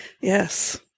yes